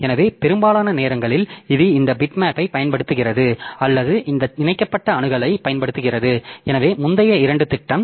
எனவே பெரும்பாலான நேரங்களில் இது இந்த பிட்மேப்பைப் பயன்படுத்துகிறது அல்லது இந்த இணைக்கப்பட்ட அணுகலைப் பயன்படுத்துகிறது எனவே முந்தைய இரண்டு திட்டம்